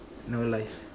no life